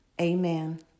Amen